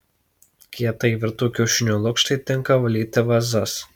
kietai virtų kiaušinių lukštai tinka valyti vazas